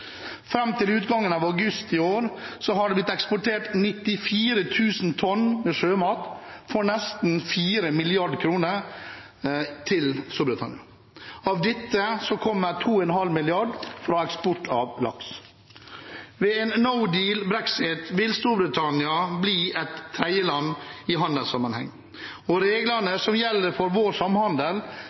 Fram til utgangen av august i år har det blitt eksportert 94 000 tonn med sjømat, for nesten 4 mrd. kr, til Storbritannia. Av dette kommer 2,5 mrd. kr fra eksport av laks. Ved en «no deal»-brexit vil Storbritannia bli et tredjeland i handelssammenheng, og reglene som gjelder for vår samhandel,